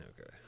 Okay